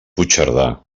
puigcerdà